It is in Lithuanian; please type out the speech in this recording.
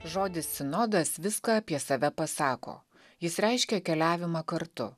žodis sinodas viską apie save pasako jis reiškia keliavimą kartu